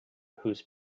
whose